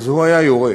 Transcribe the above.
הוא היה יורה.